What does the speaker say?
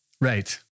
Right